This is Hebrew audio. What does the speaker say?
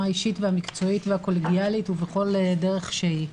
האישית והמקצועית והקולגיאלית ובכל דרך שהיא.